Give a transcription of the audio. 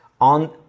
on